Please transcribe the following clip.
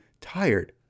tired